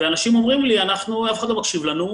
ואנשים אומרים לי: אף אחד לא מקשיב לנו,